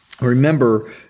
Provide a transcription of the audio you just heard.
remember